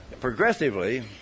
Progressively